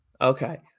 Okay